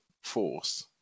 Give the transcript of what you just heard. force